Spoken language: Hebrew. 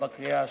ובקריאה שלישית.